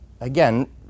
again